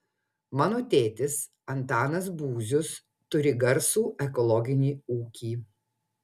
mano tėtis antanas būzius turi garsų ekologinį ūkį